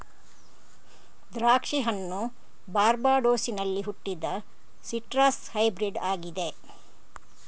ದ್ರಾಕ್ಷಿ ಹಣ್ಣು ಬಾರ್ಬಡೋಸಿನಲ್ಲಿ ಹುಟ್ಟಿದ ಸಿಟ್ರಸ್ ಹೈಬ್ರಿಡ್ ಆಗಿದೆ